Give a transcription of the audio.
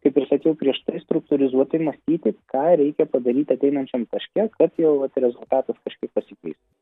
kaip ir sakiau prieš tai struktūrizuotai mąstyti ką reikia padaryti ateinančiamtaške kad jau vat rezultatas kažkaip pasikeistų